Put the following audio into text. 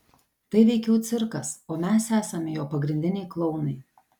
tai veikiau cirkas o mes esame jo pagrindiniai klounai